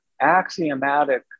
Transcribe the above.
axiomatic